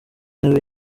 ntebe